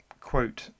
quote